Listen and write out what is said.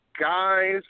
guys